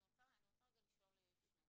אני רוצה לשאול שני דברים.